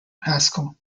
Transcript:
haskell